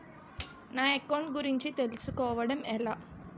నా అకౌంట్ గురించి తెలుసు కోవడం ఎలా?